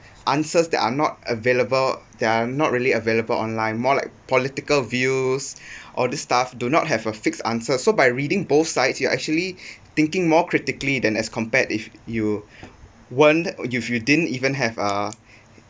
answers that are not available that are not really available online more like political views all these stuff do not have a fixed answered so by reading both sides you are actually thinking more critically than as compared if you weren't if you didn't even have uh